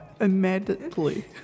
Immediately